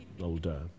older